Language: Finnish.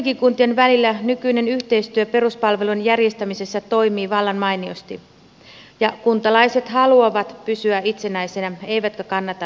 joidenkin kuntien välillä nykyinen yhteistyö peruspalvelujen järjestämisessä toimii vallan mainiosti ja kuntalaiset haluavat pysyä itsenäisinä eivätkä kannata liitosta